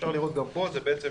אפשר לראות גם פה, זה בעצם